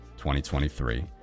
2023